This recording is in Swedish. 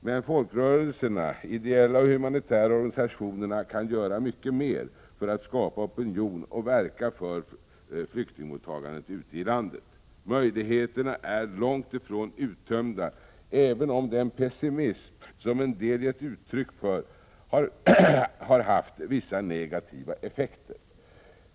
Men folkrörelserna, ideella och humanitära organisationer kan göra mycket mer för att skapa opinion och verka för flyktingmottagandet ute i landet. Möjligheterna är långt ifrån uttömda, även om den pessimism som en del gett uttryck för har haft vissa negativa effekter.